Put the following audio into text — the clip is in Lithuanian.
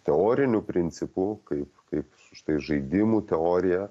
teorinių principų kaip kaip su štai žaidimų teorija